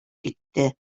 китте